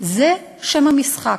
זה שם המשחק.